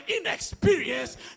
inexperienced